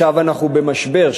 עכשיו אנחנו במשבר.